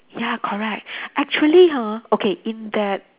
ya correct actually ha okay in that